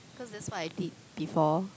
cause that's what I did before